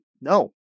no